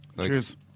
Cheers